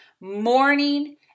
morning